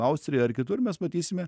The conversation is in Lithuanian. austriją ar kitur mes matysime